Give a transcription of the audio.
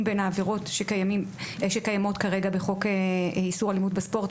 בין העבירות שקיימות כרגע בחוק איסור אלימות בספורט,